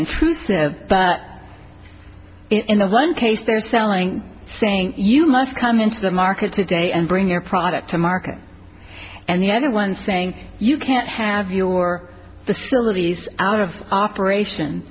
intrusive but in the one case they're selling saying you must come into the market today and bring your product to market and the anyone saying you can't have your sillies out of operation